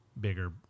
bigger